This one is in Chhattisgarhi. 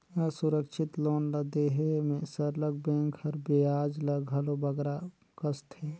असुरक्छित लोन ल देहे में सरलग बेंक हर बियाज ल घलो बगरा कसथे